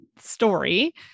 story